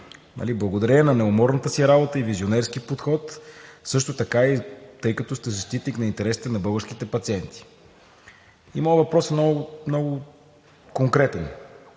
„Благодарение на неуморната си работа и визионерски подход, също така и тъй като сте защитник на интересите на българските пациенти.“ И моят въпрос е много конкретен: